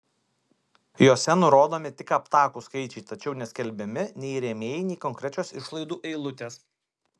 jose nurodomi tik aptakūs skaičiai tačiau neskelbiami nei rėmėjai nei konkrečios išlaidų eilutės